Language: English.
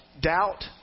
doubt